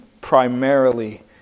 primarily